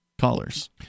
callers